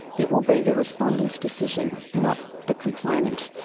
it will be the respondent's decision, not the complainant.